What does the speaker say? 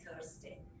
Thursday